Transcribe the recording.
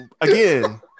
again